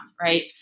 right